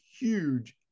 huge